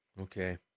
Okay